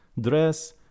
dress